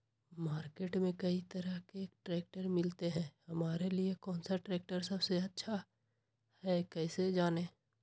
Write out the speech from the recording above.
Market में कई तरह के ट्रैक्टर मिलते हैं हमारे लिए कौन सा ट्रैक्टर सबसे अच्छा है कैसे जाने?